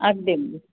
अगदी अगदी